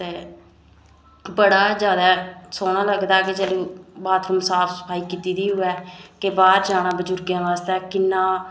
ते बड़ा ज्यादा सोह्ना लगदा के जदूं बाथरूम साफ सफाई कीती दी होवे ते बाहर जाना बुजुर्गें आस्तै किन्ना